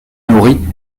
nourri